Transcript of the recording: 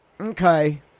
Okay